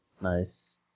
Nice